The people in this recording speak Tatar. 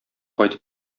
кайтып